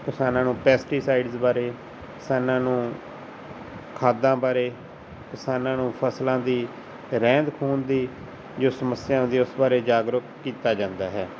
ਕਿਸਾਨਾਂ ਨੂੰ ਪੈਸਟੀਸਾਈਡਜ਼ ਬਾਰੇ ਕਿਸਾਨਾਂ ਨੂੰ ਖਾਦਾਂ ਬਾਰੇ ਕਿਸਾਨਾਂ ਨੂੰ ਫ਼ਸਲਾਂ ਦੀ ਰਹਿੰਦ ਖੂੰਹਦ ਦੀ ਜੋ ਸਮੱਸਿਆ ਆਉਂਦੀ ਹੈ ਉਸ ਬਾਰੇ ਜਾਗਰੂਕ ਕੀਤਾ ਜਾਂਦਾ ਹੈ